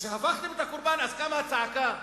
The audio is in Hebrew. כשהפכתם לקורבן, אז קמה הצעקה.